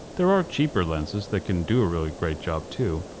there are cheaper lenses that can do a really great job too.